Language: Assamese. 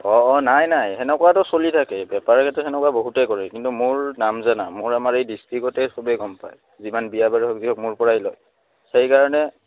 অঁ অঁ নাই নাই সেনেকুৱাটো চলি থাকে বেপাৰতো সেনেকুৱা বহুতেই কৰে কিন্তু মোৰ নাম জানা মোৰ আমাৰ এই ডিষ্ট্ৰিক্টেই চবেই গম পায় যিমান বিয়া বাৰু হ'লেও মোৰপৰাই লয় সেইকাৰণে